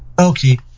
Okay